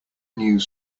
news